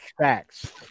Facts